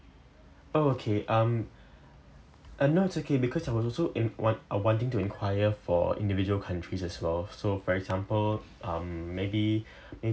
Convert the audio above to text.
oh okay um uh no it's okay because I was also um want I want to inquire for individual countries as well so for example um maybe